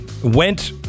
went